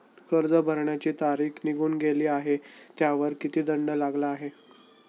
कर्ज भरण्याची तारीख निघून गेली आहे त्यावर किती दंड लागला आहे?